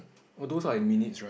all those are in minutes right